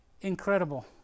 Incredible